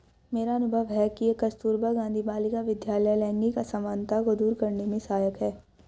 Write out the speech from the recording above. मेरा अनुभव है कि कस्तूरबा गांधी बालिका विद्यालय लैंगिक असमानता को दूर करने में सहायक है